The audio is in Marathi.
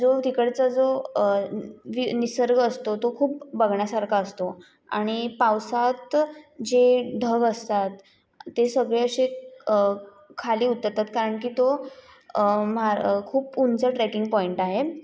जो तिकडचा जो निसर्ग असतो तो खूप बघण्यासारखा असतो आणि पावसात जे ढग असतात ते सगळे असे खाली उतरतात कारण की तो महा खूप उंच ट्रेकिंग पॉइंट आहे